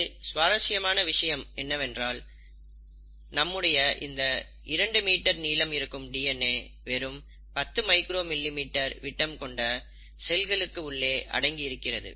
இதில் சுவாரசியமான விஷயம் என்னவென்றால் நம்முடைய இந்த இரண்டு மீட்டர் நீளம் இருக்கும் டிஎன்ஏ வெறும் 10 மைக்ரோ மீட்டர் விட்டம் கொண்ட செல்களுக்கு உள்ளே அடங்கி இருக்கிறது